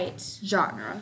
genre